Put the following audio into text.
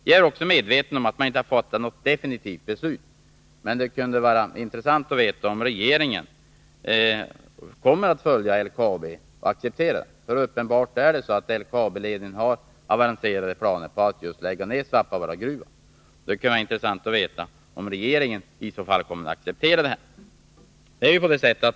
Jag är medveten om att LKAB:s ledning ännu inte har fattat något definitivt beslut, men det är uppenbart att man har avancerade planer på att lägga ner Svappavaaragruvan, och det kunde därför vara intressant att veta om regeringen i så fall kommer att acceptera detta.